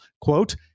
quote